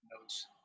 notes